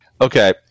Okay